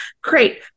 Great